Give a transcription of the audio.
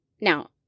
Now